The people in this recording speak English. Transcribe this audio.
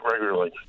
regularly